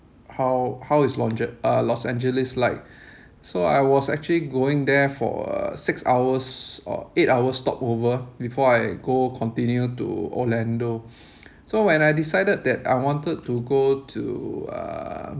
how how is uh los angeles like so I was actually going there for a six hours or eight hours stopover before I go continue to orlando so when I decided that I wanted to go to uh